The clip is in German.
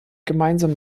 gemeinsam